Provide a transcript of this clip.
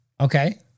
Okay